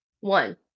One